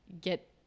get